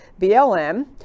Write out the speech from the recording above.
BLM